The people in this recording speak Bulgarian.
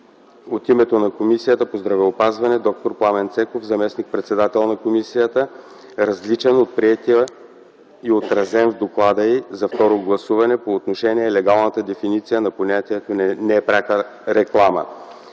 от името на Комисията по здравеопазването д-р Пламен Цеков – заместник-председател на комисията, различен от приетия от комисията и отразен в доклада й за второ гласуване по отношение легалната дефиниция на понятието „непряка реклама”.